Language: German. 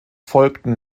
folgten